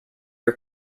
are